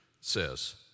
says